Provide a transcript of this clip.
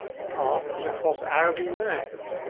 the path was across arable land,